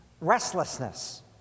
restlessness